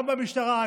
גם במשטרה,